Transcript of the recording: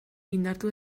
indartu